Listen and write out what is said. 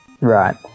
Right